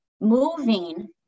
moving